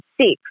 six